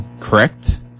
correct